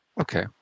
okay